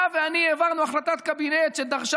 אתה ואני העברנו החלטת קבינט שדרשה